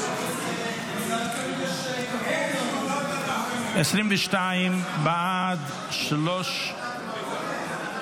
ואני אשמח לקבל את ההחלטה בעניינו של הרב שמואל אליהו.